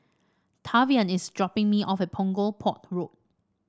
Tavian is dropping me off at Punggol Port Road